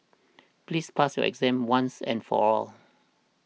please pass your exam once and for all